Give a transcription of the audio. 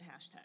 hashtag